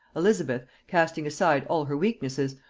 elizabeth, casting aside all her weaknesses,